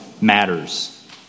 matters